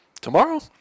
tomorrow